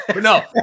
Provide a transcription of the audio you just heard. no